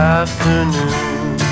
afternoon